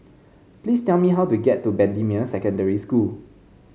please tell me how to get to Bendemeer Secondary School